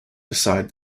beside